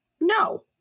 No